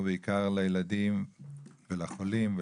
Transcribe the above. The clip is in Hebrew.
ובעיקר לילדים החולים,